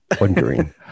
wondering